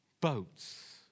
boats